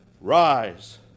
Rise